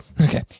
okay